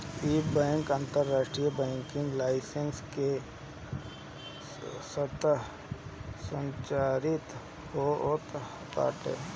इ बैंक अंतरराष्ट्रीय banking licence के तहत संचालित होत बाटे